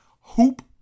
Hoop